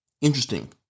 Interesting